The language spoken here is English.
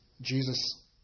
Jesus